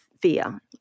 fear